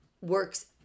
works